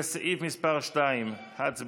לסעיף מס' 2. הצבעה,